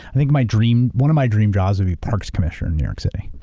i think my dream, one of my dream jobs would be parks commissioner in new york city.